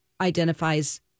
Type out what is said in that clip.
identifies